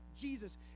Jesus